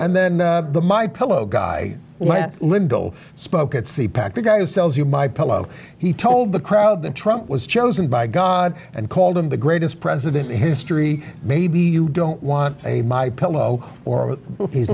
and then the my pillow guy limbo spoke at c pac the guy who sells you my pillow he told the crowd that trump was chosen by god and called him the greatest president in history maybe you don't want my pillow or he's